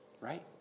right